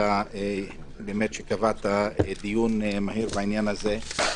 על שקבעת דיון מהיר בעניין הזה.